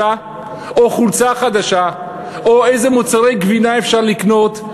או חולצה חדשה או איזה מוצרי גבינה אפשר לקנות,